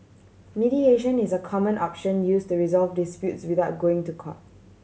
mediation is a common option use to resolve disputes without going to court